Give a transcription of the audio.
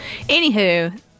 Anywho